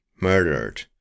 murdered